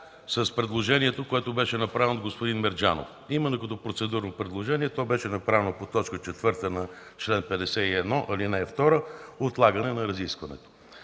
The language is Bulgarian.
с предложението, което беше направено от господин Мерджанов. Именно като процедурно предложение то беше направено по т. 4 на чл. 51, ал. 2 – отлагане на разискванията.